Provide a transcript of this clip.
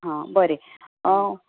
आं बरे